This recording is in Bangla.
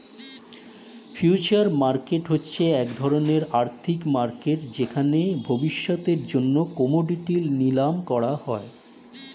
ফিউচার মার্কেট হচ্ছে এক ধরণের আর্থিক মার্কেট যেখানে ভবিষ্যতের জন্য কোমোডিটি নিলাম করা হয়